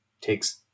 takes